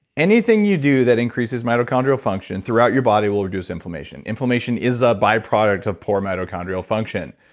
anything you do that increases mitochondrial function throughout your body will reduce inflammation. inflammation is a byproduct of poor mitochondrial function.